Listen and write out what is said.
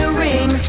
ring